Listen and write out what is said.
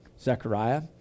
Zechariah